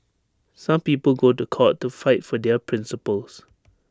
some people go to court to fight for their principles